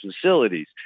facilities